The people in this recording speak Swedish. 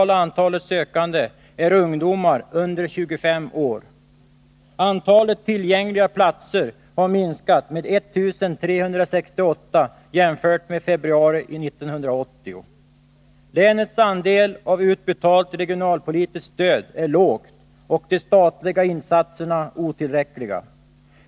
Länets andel av utbetalt regionalpolitiskt stöd är låg, och de statliga insatserna otillräckliga.